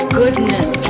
goodness